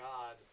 God